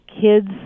kids